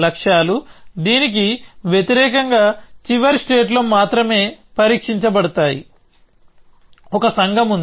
లక్ష్యాలు దీనికి వ్యతిరేకంగా చివరి స్టేట్ లో మాత్రమే పరీక్షించబడతాయి ఒక సంఘం ఉంది